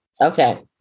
Okay